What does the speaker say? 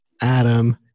Adam